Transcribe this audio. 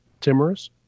Timorous